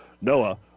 Noah